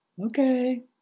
okay